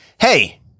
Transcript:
Hey